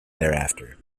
thereafter